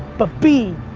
but b,